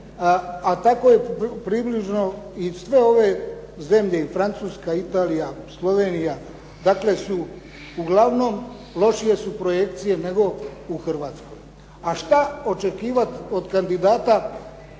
a tako je približno i sve ove zemlje i Francuska, Italija, Slovenija dakle su uglavnom lošije su projekcije nego u Hrvatskoj. A šta očekivat od kandidata koji